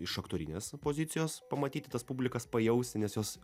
iš aktorinės pozicijos pamatyti tas publikas pajausti nes jos